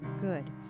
Good